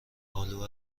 آلو